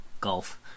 Golf